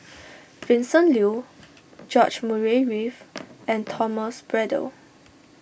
Vincent Leow George Murray Reith and Thomas Braddell